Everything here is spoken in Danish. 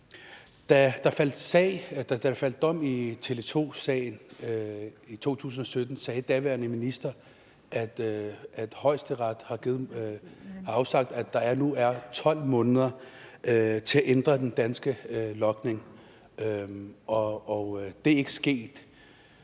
Da der faldt dom i Tele2-sagen i 2017, sagde den daværende minister, at Højesteret har afsagt, at der nu er 12 måneder til at ændre den danske logning, og det er ikke sket.